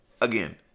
again